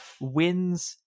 wins